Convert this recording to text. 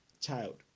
child